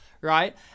right